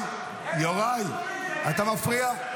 תתבייש.